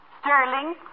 Sterling